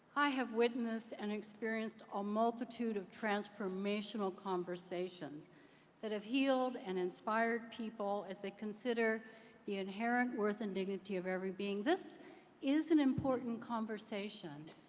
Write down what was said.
i have witnessed and experienced a multitude of transformation transformational conversations that have healed and inspired people as they consider the inherent worth and dignity of every being. this is an important conversation,